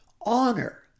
Honor